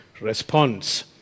response